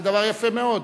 זה דבר יפה מאוד.